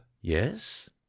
yes